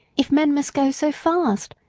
if men must go so fast.